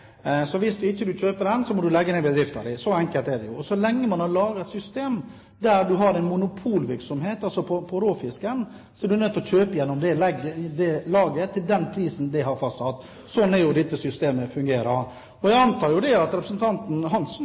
du ikke kjøper den, må du legge ned bedriften din. Så enkelt er det. Så lenge man har et system der man har monopolvirksomhet på råfisken, er du nødt til å kjøpe gjennom salgslaget til den prisen det har fastsatt. Sånn er det dette systemet fungerer. Jeg antar at representanten Lillian Hansen